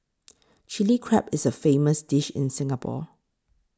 Chilli Crab is a famous dish in Singapore